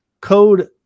code